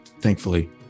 thankfully